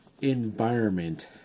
environment